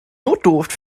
notdurft